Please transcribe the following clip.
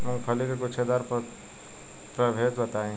मूँगफली के गूछेदार प्रभेद बताई?